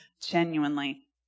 genuinely